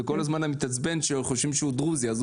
הוא כל הזמן התעצבן כי חושבים שהוא דרוזי ולכן